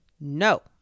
No